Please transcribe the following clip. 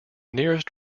nearest